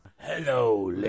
Hello